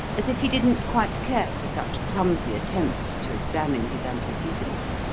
as if he didn't quite care for such clumsy attempts to examine his antecedents.